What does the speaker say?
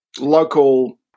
local